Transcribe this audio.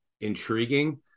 intriguing